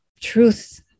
truth